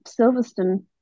Silverstone